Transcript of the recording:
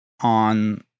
on